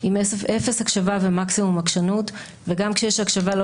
עם אפס הקשבה ומקסימום עקשנות וגם כשיש הקשבה לא